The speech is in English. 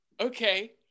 Okay